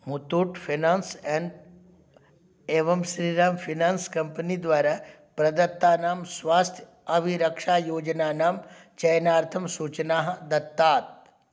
Muthoot finance and एवं श्रीरामः finance कम्पनीद्वारा प्रदत्तानां स्वास्थ्य अभिरक्षायोजनानां चयनार्थं सूचनाः दत्तात्